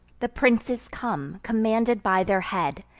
the princes come, commanded by their head,